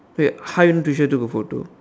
wait how you Tricia took a photo